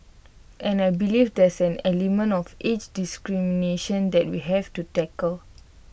and I believe there's an element of age discrimination that we have to tackle